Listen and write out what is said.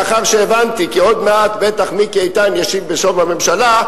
לאחר שהבנתי כי עוד מעט בטח מיקי איתן ישיב בשם הממשלה,